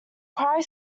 cry